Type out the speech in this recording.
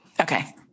Okay